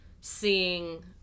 seeing